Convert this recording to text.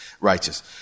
righteous